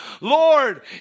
Lord